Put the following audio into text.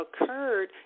occurred